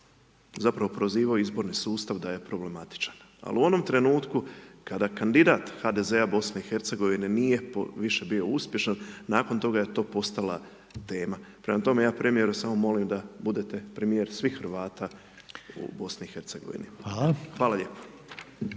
zapravo, prozivao izborni sustav da je problematičan. Ali u onom trenutku kada kandidat HDZ-a BiH nije više bio uspješan, nakon toga je to postala tema. Prema tome, ja premijeru samo molim da budete premijer svih Hrvata u BiH. Hvala lijepo.